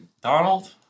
Donald